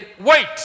wait